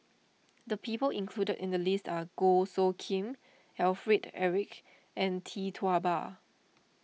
the people included in the list are Goh Soo Khim Alfred Eric and Tee Tua Ba